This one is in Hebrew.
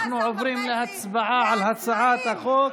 אנחנו עוברים להצבעה על הצעת החוק,